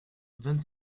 vingt